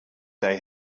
they